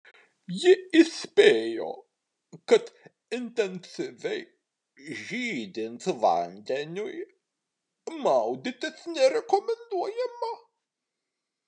ji įspėjo kad intensyviai žydint vandeniui maudytis nerekomenduojama